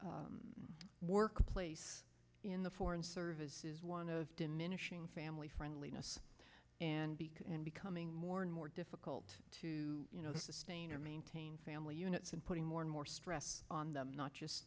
the workplace in the foreign service is one of diminishing family friendliness and in becoming more and more difficult to sustain or maintain family units and putting more and more stress on them not just